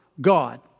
God